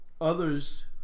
others